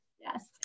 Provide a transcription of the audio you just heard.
Yes